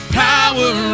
power